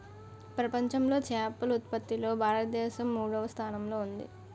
ప్రపంచంలో చేపల ఉత్పత్తిలో భారతదేశం మూడవ స్థానంలో ఉంది